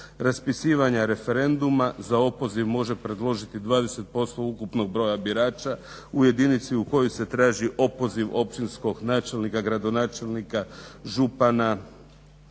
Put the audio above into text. Raspisivanje referenduma za opoziv može predložiti 20% ukupnog broja birača u jedinici u kojoj se traži opoziv općinskog načelnika, gradonačelnika, župana